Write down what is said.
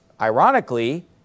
ironically